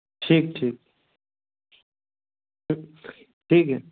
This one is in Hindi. ठीक ठीक ठीक ठीक है